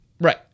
Right